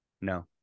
no